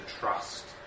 trust